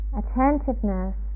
attentiveness